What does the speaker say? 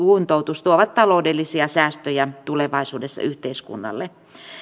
kuntoutus tuovat taloudellisia säästöjä tulevaisuudessa yhteiskunnalle